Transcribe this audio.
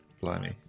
blimey